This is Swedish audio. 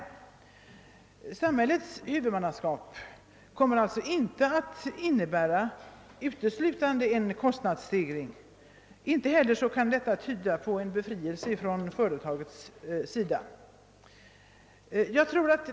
Att företagshälsovården underställs samhällets huvudmannaskap kommer därför inte att medföra någon extra kostnadsstegring och inte heller någon befrielse för företagen.